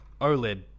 OLED